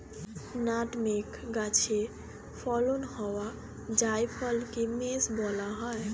nutmeg গাছে ফলন হওয়া জায়ফলকে মেস বলা হয়